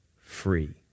free